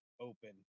open